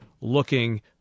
looking